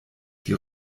die